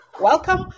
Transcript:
welcome